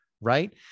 Right